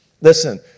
Listen